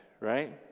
right